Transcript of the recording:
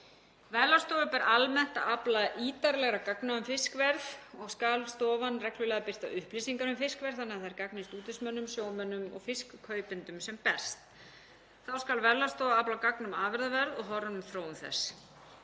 Verðlagsstofu ber almennt að afla ítarlegra gagna um fiskverð og skal stofan reglulega birta upplýsingar um fiskverð þannig að þær gagnist útvegsmönnum, sjómönnum og fiskkaupendum sem best. Þá skal Verðlagsstofa afla gagna um afurðaverð og horfur um þróun þess.